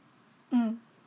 mm